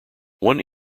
one